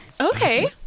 Okay